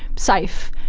safe.